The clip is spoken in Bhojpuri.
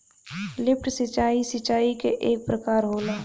लिफ्ट सिंचाई, सिंचाई क एक प्रकार होला